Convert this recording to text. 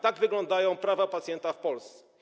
Tak wyglądają prawa pacjenta w Polsce.